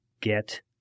Get